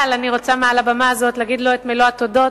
אבל אני רוצה מעל במה זו להגיד לו את מלוא התודות.